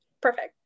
Perfect